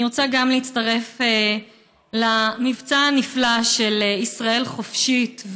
גם אני רוצה להצטרף למבצע הנפלא של ישראל חופשית,